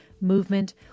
movement